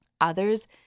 Others